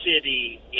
city